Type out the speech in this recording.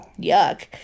Yuck